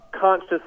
conscious